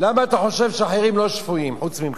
למה אתה חושב שאחרים לא שפויים, חוץ ממך?